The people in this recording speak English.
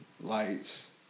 lights